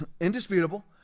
indisputable